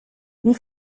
wie